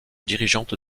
dirigeante